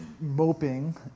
moping